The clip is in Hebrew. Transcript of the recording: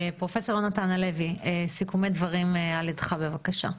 פרופ' יהונתן הלוי, סיכומי דברים על ידך בבקשה.